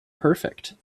perfect